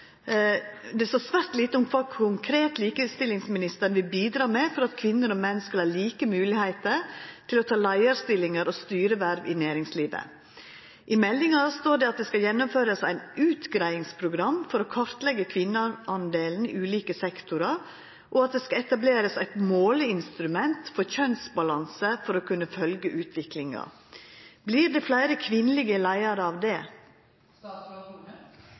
det står svært lite om kva konkret likestillingsministeren vil bidra med for at kvinner og menn skal ha like moglegheiter til å ta leiarstillingar og styreverv i næringslivet. I meldinga står det at det skal gjennomførast eit utgreiingsprogram for å kartleggja kvinneandelen i ulike sektorar, og at det skal etablerast eit måleinstrument for kjønnsbalanse for å kunna følgja utviklinga. Vert det fleire kvinnelege leiarar av det?»